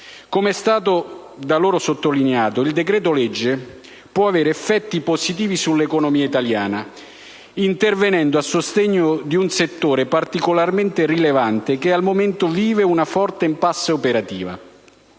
Com'è stato da loro sottolineato, il decreto-legge può avere effetti positivi sull'economia italiana, intervenendo a sostegno di un settore particolarmente rilevante che al momento vive una forte *impasse* operativa.